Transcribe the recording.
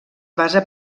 basa